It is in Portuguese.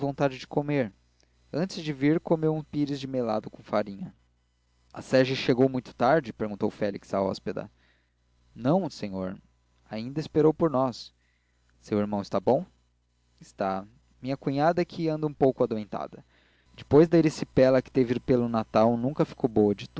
vontade de comer antes de vir comeu um pires de melado com farinha a sege chegou muito tarde perguntou félix à hóspeda não senhor ainda esperou por nós seu irmão está bom está minha cunhada é que anda um pouco adoentada depois da erisipela que teve pelo natal nunca ficou boa